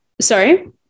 sorry